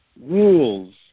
rules